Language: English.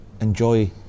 enjoy